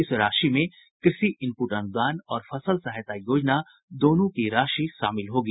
इस राशि में कृषि इनपुट अनुदान और फसल सहायता योजना दोनों की राशि शामिल होगी